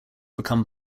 become